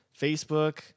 Facebook